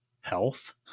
health